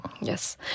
Yes